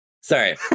sorry